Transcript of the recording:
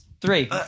Three